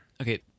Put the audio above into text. Okay